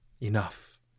enough